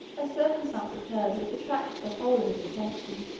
a circumstance occurred which attracted the whole of his attention.